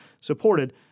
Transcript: supported